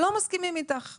שלא מסכימים אתך,